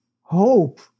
hope